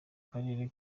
karere